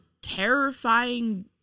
terrifying